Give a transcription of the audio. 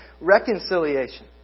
reconciliation